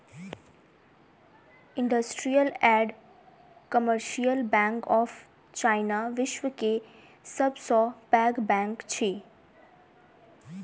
industrial and commercial bank of China, विश्व के सब सॅ पैघ बैंक अछि